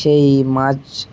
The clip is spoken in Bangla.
সেই মাছ